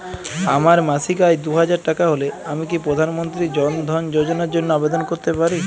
আমার মাসিক আয় দুহাজার টাকা হলে আমি কি প্রধান মন্ত্রী জন ধন যোজনার জন্য আবেদন করতে পারি?